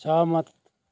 सहमत